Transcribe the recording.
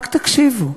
רק תקשיבו,